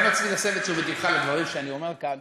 באמת רציתי להסב את תשומת לבך לדברים שאני אומר כאן.